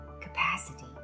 capacity